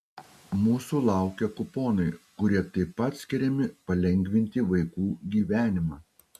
mūsų laukia kuponai kurie taip pat skiriami palengvinti vaikų gyvenimą